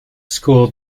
school